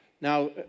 Now